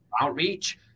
outreach